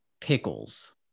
pickles